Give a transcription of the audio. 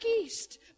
east